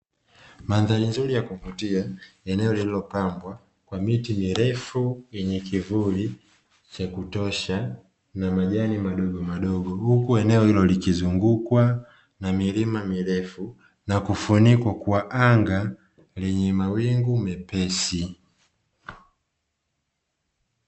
Mandhari nzuri ya kuvutia eneo lililopangwa kwa miti mirefu yenye kivuli cha kutosha na majani madogomadogo. Huku eneo hilo likizungukwa na milima mirefu na kufunikwa kwa anga lenye mawingu mepesi.